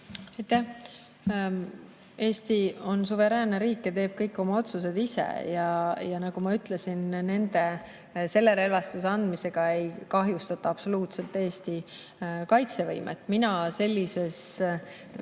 Eesti on suveräänne riik ja teeb kõik oma otsused ise. Nagu ma ütlesin, selle relvastuse andmisega ei kahjustata absoluutselt Eesti kaitsevõimet. Mina selline ekspert